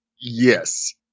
Yes